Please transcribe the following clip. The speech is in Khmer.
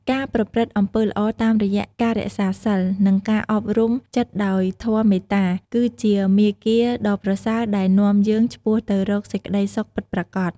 ការប្រព្រឹត្តអំពើល្អតាមរយៈការរក្សាសីល និងការអប់រំចិត្តដោយធម៌មេត្តា គឺជាមាគ៌ាដ៏ប្រសើរដែលនាំយើងឆ្ពោះទៅរកសេចក្តីសុខពិតប្រាកដ។